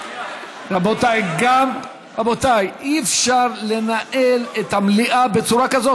רבותיי, אי-אפשר לנהל את המליאה בצורה כזאת.